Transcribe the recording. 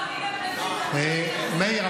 מאיר,